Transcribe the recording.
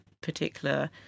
particular